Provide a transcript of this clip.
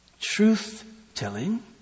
truth-telling